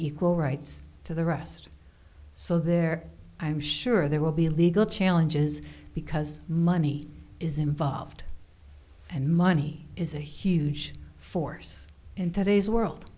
equal rights to the rest so they're i'm sure there will be legal challenges because money is involved and money is a huge force in today's world